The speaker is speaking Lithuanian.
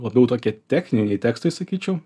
labiau tokie techniniai tekstai sakyčiau